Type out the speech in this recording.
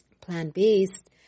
plant-based